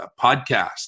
podcast